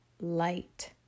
light